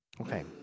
Okay